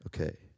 Okay